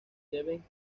deben